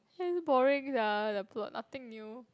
damn boring sia the plot nothing new